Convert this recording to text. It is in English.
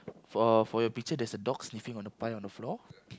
for for your picture there's a dog sniffing on the pie on the floor